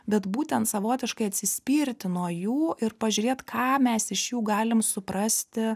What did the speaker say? bet būtent savotiškai atsispirti nuo jų ir pažiūrėt ką mes iš jų galim suprasti